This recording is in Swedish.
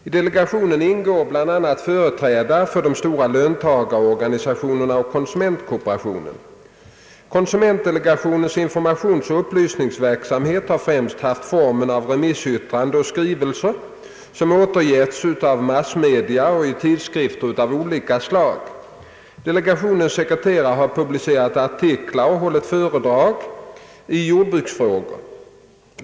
I delegationen ingår bl.a. företrädare för de tionsoch upplysningsverksamhet har främst haft formen av remissyttranden och skrivelser, som återgetts av massmedia och i tidskrifter av olika slag. Delegationens sekreterare har publicerat artiklar och hållit föredrag i jordbruksfrågor.